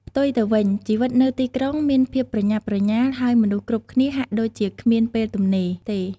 ផ្ទុយទៅវិញ ជីវិតនៅទីក្រុងមានភាពប្រញាប់ប្រញាល់ ហើយមនុស្សគ្រប់គ្នាហាក់ដូចជាគ្មានពេលទំនេរទេ។